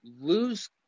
lose